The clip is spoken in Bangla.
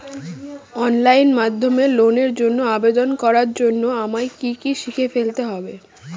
অনলাইন মাধ্যমে লোনের জন্য আবেদন করার জন্য আমায় কি কি শিখে ফেলতে হবে?